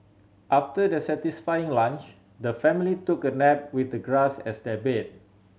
after their satisfying lunch the family took a nap with the grass as their bed